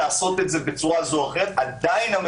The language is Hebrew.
להיוועדות החזותית בבתי הכלא ולעניינים אחרים.